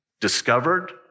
discovered